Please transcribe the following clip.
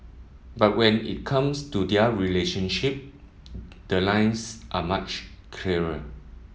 but when it comes to their relationship the lines are much clearer